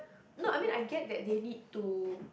not I mean I get that they need to